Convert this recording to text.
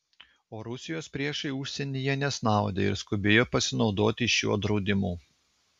o rusijos priešai užsienyje nesnaudė ir skubėjo pasinaudoti šiuo draudimu